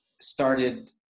started